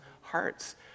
hearts